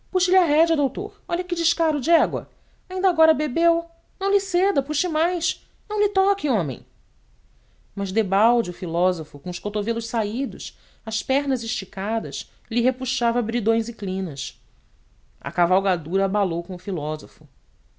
rédea doutor olhe que descaro de égua ainda agora bebeu não lhe ceda puxe mais não lhe toque homem mas debalde o filósofo com os cotovelos saídos as pernas esticadas lhe repuxava bridões e crinas a cavalgadura abalou com o